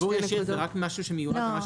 דיוור ישיר זה רק משהו שמיועד ממש